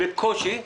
על קושי.